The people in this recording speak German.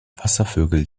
wasservögel